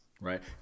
right